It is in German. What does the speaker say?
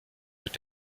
mit